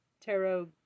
tarot